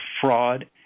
fraud